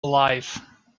alive